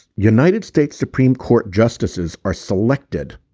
united states supreme court justices are selected